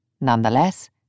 Nonetheless